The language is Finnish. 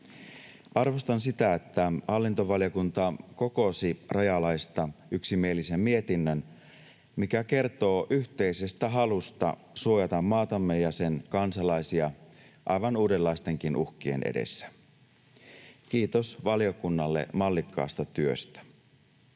Arvostan sitä, että hallintovaliokunta kokosi rajalaista yksimielisen mietinnön, mikä kertoo yhteisestä halusta suojata maatamme ja sen kansalaisia aivan uudenlaistenkin uhkien edessä. Kiitos valiokunnalle mallikkaasta työstä.